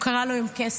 הוא קרא לו "קסם",